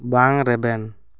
ᱵᱟᱝ ᱨᱮᱵᱮᱱ